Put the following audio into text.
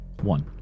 one